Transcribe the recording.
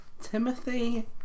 Timothy